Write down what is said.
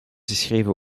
geschreven